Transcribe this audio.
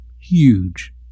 huge